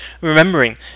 Remembering